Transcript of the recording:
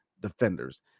defenders